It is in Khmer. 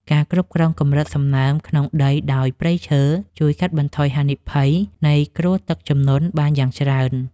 ការគ្រប់គ្រងកម្រិតសំណើមក្នុងដីដោយព្រៃឈើជួយកាត់បន្ថយហានិភ័យនៃគ្រោះទឹកជំនន់បានយ៉ាងច្រើន។